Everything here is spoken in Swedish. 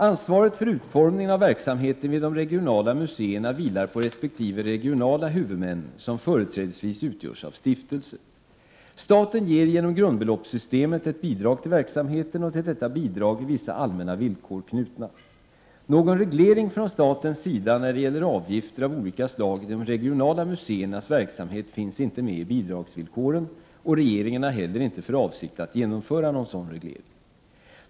Ansvaret för utformningen av verksamheten vid de regionala museerna vilar på resp. regionala huvudmän, som företrädesvis utgörs av stiftelser. Staten ger genom grundbeloppssystemet ett bidrag till verksamheten, och till detta bidrag är vissa allmänna villkor knutna. Någon reglering från statens sida när det gäller avgifter av olika slag i de regionala museernas verksamhet finns inte med i bidragsvillkoren, och regeringen har heller inte för avsikt att genomföra någon sådan reglering.